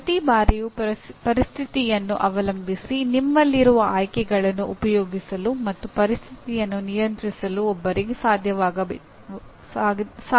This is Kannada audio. ಪ್ರತಿ ಬಾರಿಯೂ ಪರಿಸ್ಥಿತಿಯನ್ನು ಅವಲಂಬಿಸಿ ನಿಮ್ಮಲ್ಲಿರುವ ಆಯ್ಕೆಗಳನ್ನು ಉಪಯೋಗಿಸಲು ಮತ್ತು ಪರಿಸ್ಥಿತಿಯನ್ನು ನಿಯಂತ್ರಿಸಲು ಒಬ್ಬರಿಗೆ ಸಾಧ್ಯವಾಗುತ್ತದೆ